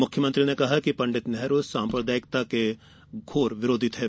मुख्यमंत्री ने कहा कि पण्डित नेहरू साम्प्रदायिकता के घोर विरोधी थे